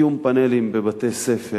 קיום פאנלים בבתי-ספר